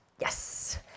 Yes